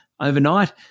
Overnight